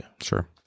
Sure